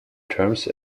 terms